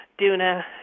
Duna